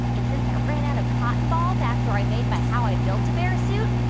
and since i ran out of cotton balls after i made my how i built a bear suit,